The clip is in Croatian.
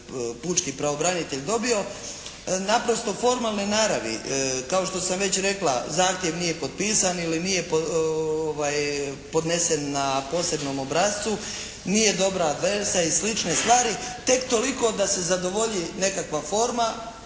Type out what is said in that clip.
pučki pravobranitelj dobio naprosto formalne naravi. Kao što sam već rekla, zahtjev nije potpisan ili nije podnesen na posebnom obrascu, nije dobra adresa i slične stvari tek toliko da se zadovolji nekakva forma